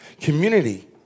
Community